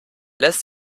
lässt